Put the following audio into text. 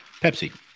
Pepsi